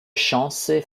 chance